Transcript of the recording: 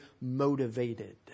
motivated